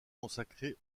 consacrés